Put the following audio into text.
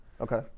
okay